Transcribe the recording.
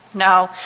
now,